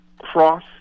Cross